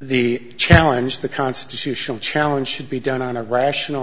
the challenge the constitutional challenge should be done on a rational